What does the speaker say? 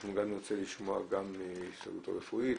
ואנחנו נרצה לשמוע גם מההסתדרות הרפואית,